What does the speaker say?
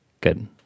Good